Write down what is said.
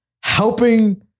helping